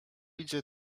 idzie